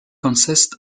consist